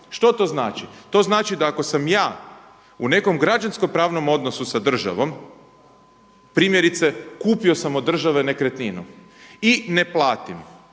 Što to znači? To znači da ako sam ja u nekom građansko-pravnom odnosu s državom, primjerice kupio sam od države nekretninu, i ne platim,